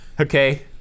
Okay